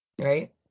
Right